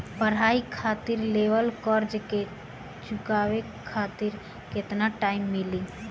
पढ़ाई खातिर लेवल कर्जा के चुकावे खातिर केतना टाइम मिली?